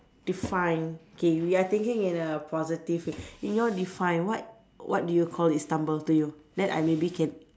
define K we are thinking in a positively in your define what what do you call it stumble to you then I maybe can